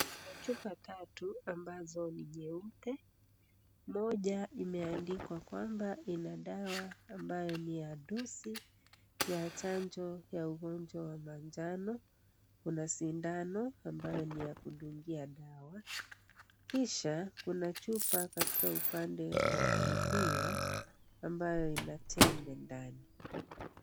..chupa tatu ambazo ni jeupe, Moja imeandikwa kwamba ina dawa ambayo ni ya dosi ya chanjo ya ugonjwa wa manjano, Kuna sindano ambayo ni ya kudungia dawa, kisha kuna chupa katika upande wa kulia ambayo ina tembe ndani.